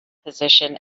position